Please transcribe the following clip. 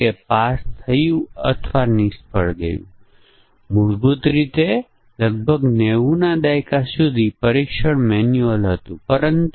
કેટલીકવાર ફક્ત થિયરીને જાણીને જ્યાં સુધી આપણે આ સિદ્ધાંતોનો અભ્યાસ ન કરીએ ત્યાં સુધી આપણે ખરેખર ઉકેલ લાવી શકતા નથી